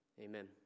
Amen